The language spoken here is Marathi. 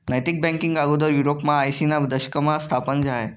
नैतिक बँकींग आगोदर युरोपमा आयशीना दशकमा स्थापन झायं